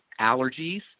allergies